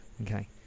Okay